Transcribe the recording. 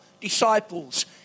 disciples